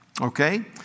Okay